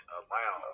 allow